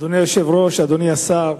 אדוני היושב-ראש, אדוני השר,